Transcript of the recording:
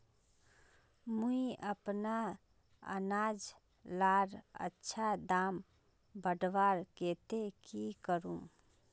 मुई अपना अनाज लार अच्छा दाम बढ़वार केते की करूम?